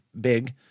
big